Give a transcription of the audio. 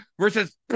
versus